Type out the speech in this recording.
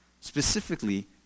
Specifically